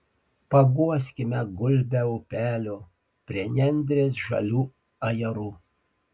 paguoskime gulbę upelio prie nendrės žalių ajerų